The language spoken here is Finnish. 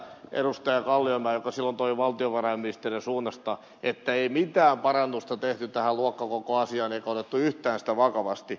kalliomäeltä joka silloin toi valtiovarainministeriön suunnasta että ei mitään parannusta tehty tähän luokkakokoasiaan eikä otettu yhtään sitä vakavasti